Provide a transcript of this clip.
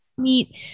meet